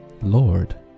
Lord